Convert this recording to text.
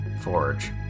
Forge